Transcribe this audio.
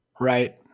Right